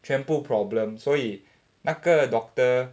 全部 problem 所以那个 doctor